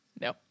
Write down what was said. No